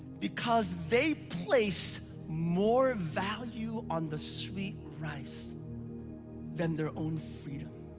because they place more value on the sweet rice than their own freedom.